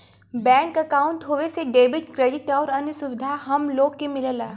bank अंकाउट होये से डेबिट, क्रेडिट आउर अन्य सुविधा हम लोग के मिलला